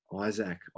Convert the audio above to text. Isaac